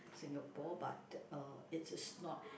Singapore but uh it's is not